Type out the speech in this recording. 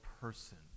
person